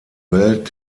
welt